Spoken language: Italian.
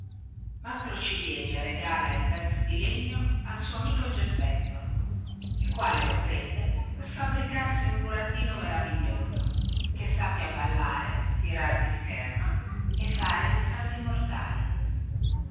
maestro ciliegia regala il pezzo di legno al suo amico geppetto il quale lo prende per fabbricarsi un burattino maraviglioso che sappia ballare tirar di scherma e fare i salti mortali